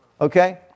okay